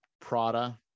Prada